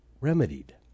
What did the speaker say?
remedied